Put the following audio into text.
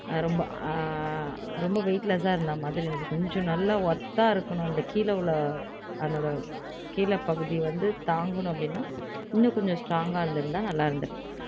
ரொம்ப ரொம்ப வெய்ட்லெஸ்ஸாக இருந்தா மாதிரி இருந்துது கொஞ்சம் நல்லா வொர்த்தாக இருக்கணும் அந்த கீழே உள்ள அதனோட கீழே பகுதி வந்து தாங்கணும் அப்படின்னா இன்னும் கொஞ்சம் ஸ்ட்ராங்காக இருந்திருந்தால் நல்லாருந்துருக்கும்